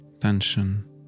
tension